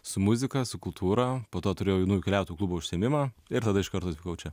su muzika su kultūra po to turėjau nu keliautojų klubo užsiėmimą ir tada iškarto atvykau čia